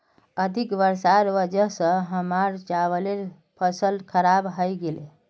अधिक वर्षार वजह स हमसार चावलेर फसल खराब हइ गेले